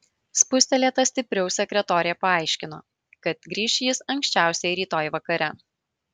spustelėta stipriau sekretorė paaiškino kad grįš jis anksčiausiai rytoj vakare